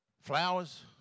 Flowers